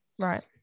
Right